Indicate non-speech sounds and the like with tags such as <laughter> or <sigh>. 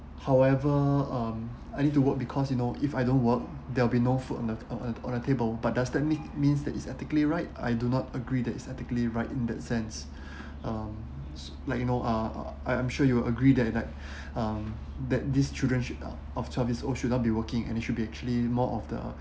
however um I need to work because you know if I don't work there will be no food on the on the table but does that means that is ethically right I do not agree that is ethically right in that sense <breath> uh like you know uh I I'm sure you will agree that like <breath> um that these children should uh of twelve years old shouldn't be working and it should be actually more of the